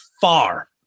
far